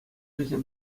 вӗсем